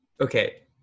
okay